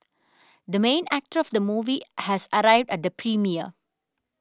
the main actor of the movie has arrived at the premiere